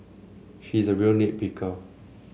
he is a real nit picker